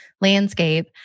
landscape